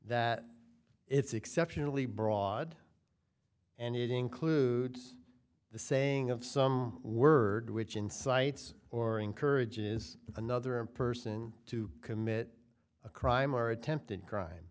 that it's exceptionally broad and it includes the saying of some word which incites or encourage is another a person to commit a crime or attempted crime